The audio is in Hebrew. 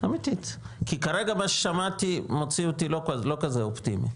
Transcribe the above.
כי כרגע מה ששמעתי מוציא אותי לא כזה אופטימי.